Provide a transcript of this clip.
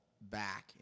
back